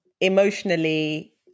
emotionally